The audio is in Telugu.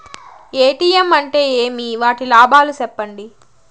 ఎ.టి.ఎం అంటే ఏమి? వాటి లాభాలు సెప్పండి?